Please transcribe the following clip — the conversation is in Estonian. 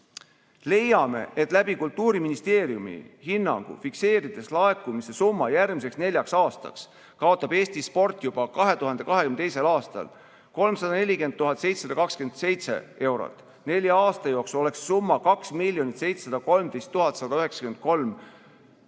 "Leiame, et läbi kultuuriministeeriumi hinnangu fikseerides laekumise summa järgmiseks 4 aastaks, kaotab Eesti sport juba 2022. aastal 340 727 eurot, nelja aasta jooksul oleks summa 2 713 193 eurot.